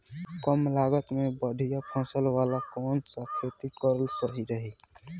कमलागत मे बढ़िया फसल वाला कौन सा खेती करल सही रही?